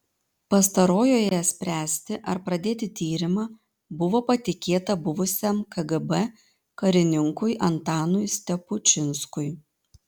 pastarojoje spręsti ar pradėti tyrimą buvo patikėta buvusiam kgb karininkui antanui stepučinskui